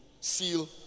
seal